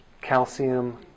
calcium